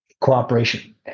cooperation